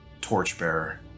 Torchbearer